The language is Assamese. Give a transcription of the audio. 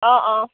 অঁ অঁ